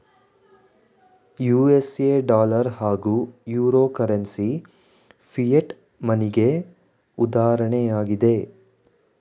USA dollar ಹಾಗೂ euro currency fiat ಮನಿಗೆ ಉದಾಹರಣೆಯಾಗಿದೆ